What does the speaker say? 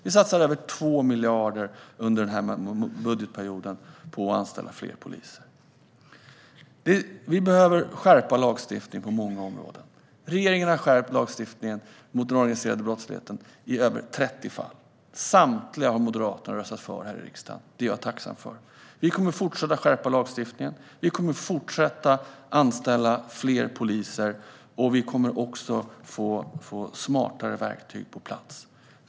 Vi satsar över 2 miljarder under denna budgetperiod på att anställa fler poliser. Vi behöver skärpa lagstiftningen på många områden. Regeringen har skärpt lagstiftningen mot den organiserade brottsligheten i över 30 fall; samtliga har Moderaterna röstat för här i riksdagen. Det är jag tacksam för. Vi kommer att fortsätta att skärpa lagstiftningen. Vi kommer att fortsätta att anställa fler poliser, och vi kommer att få smartare verktyg på plats.